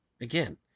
again